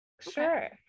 Sure